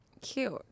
cute